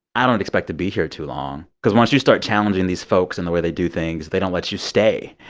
i don't expect to be here too long cause once you start challenging these folks and the way they do things, they don't let you stay.